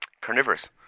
carnivorous